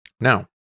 Now